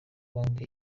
banki